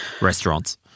restaurants